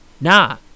Nah